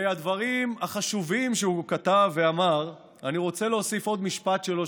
ועל הדברים החשובים שהוא כתב ואמר אני רוצה להוסיף עוד משפט שלו,